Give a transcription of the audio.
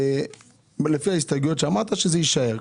לפי ההסתייגויות שהעלית - שזה יישאר.